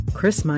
Chris